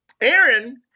aaron